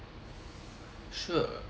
sure